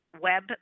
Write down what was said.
web